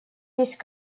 есть